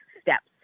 steps